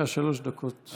בבקשה, שלוש דקות לרשותך.